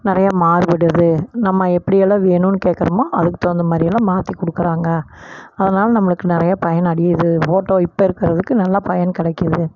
நிறையா மாறுபடுது நம்ம எப்படியெல்லா வேணும்னு கேட்குறோமோ அதுக்கு தகுந்த மாதிரியெல்லா மாற்றி கொடுக்குறாங்க அதனால் நம்மளுக்கு நிறையா பயனடையுது போட்டோ இப்போ இருக்கிறதுக்கு நல்லா பயன் கிடைக்குது